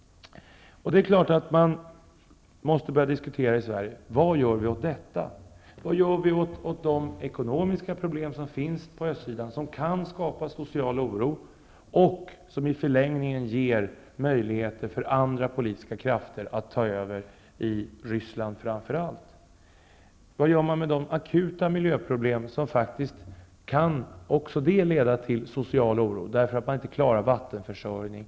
Det är klart att vi måste börja diskutera i Sverige vad vi gör åt detta. Vad gör vi åt de ekonomiska problem som finns på östsidan som kan skapa social oro och som i förlängningen ger möjligheter för andra politiska krafter att ta över, i Ryssland framför allt? Vad gör man med de akuta miljöproblem som faktiskt också kan leda till social oro, därför att man inte klarar vattenförsörjningen?